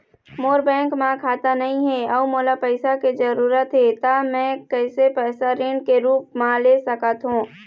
मोर bank म खाता नई हे अउ मोला पैसा के जरूरी हे त मे कैसे पैसा ऋण के रूप म ले सकत हो?